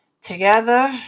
together